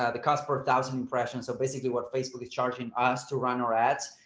ah the cost per thousand impressions. so basically what facebook is charging us to run our ads,